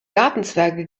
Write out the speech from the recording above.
gartenzwerge